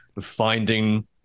finding